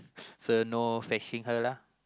so no flexing her lah